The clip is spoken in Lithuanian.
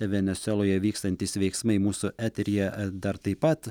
venesueloje vykstantys veiksmai mūsų eteryje dar taip pat